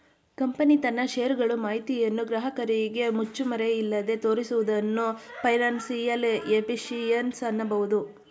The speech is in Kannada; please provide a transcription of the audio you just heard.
ಕಂಪನಿ ತನ್ನ ಶೇರ್ ಗಳು ಮಾಹಿತಿಯನ್ನು ಗ್ರಾಹಕರಿಗೆ ಮುಚ್ಚುಮರೆಯಿಲ್ಲದೆ ತೋರಿಸುವುದನ್ನು ಫೈನಾನ್ಸಿಯಲ್ ಎಫಿಷಿಯನ್ಸಿ ಅನ್ನಬಹುದು